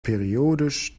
periodisch